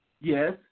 yes